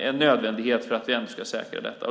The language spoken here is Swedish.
en nödvändighet för att vi ska säkra detta.